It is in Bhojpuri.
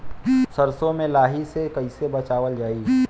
सरसो में लाही से कईसे बचावल जाई?